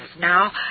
Now